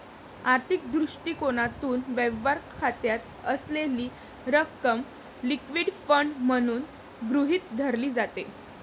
आर्थिक दृष्टिकोनातून, व्यवहार खात्यात असलेली रक्कम लिक्विड फंड म्हणून गृहीत धरली जाते